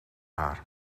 haar